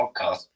podcast